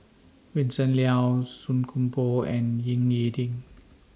Vincent Leow Song Koon Poh and Ying E Ding